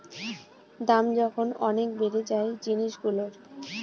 দাম যখন অনেক বেড়ে যায় জিনিসগুলোর